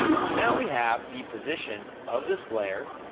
so now we have the position of this layer,